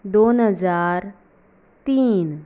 दोन हजार तीन